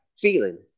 feeling